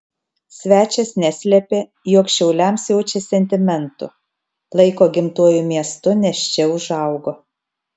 svečias neslėpė jog šiauliams jaučia sentimentų laiko gimtuoju miestu nes čia užaugo